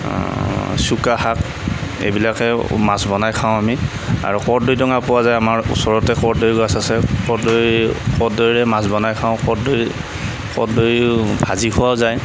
চুকা শাক এইবিলাকে মাছ বনাই খাওঁ আমি আৰু কৰদৈ টেঙা খোৱা যায় আমাৰ ওচৰতে কৰদৈ গছ আছে কৰদৈ কৰদৈৰে মাছ বনাই খাওঁ কৰদৈ কৰদৈও ভাজি খোৱাও যায়